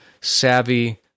savvy